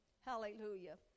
Hallelujah